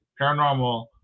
paranormal